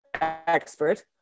expert